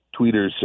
tweeters